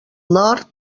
nord